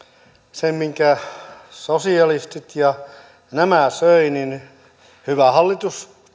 sen minkä sosialistit ja nämä söivät niin hyvä hallitus